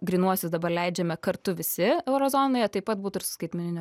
grynuosius dabar leidžiame kartu visi euro zonoje taip pat būtų ir su skaitmeniniu